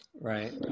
Right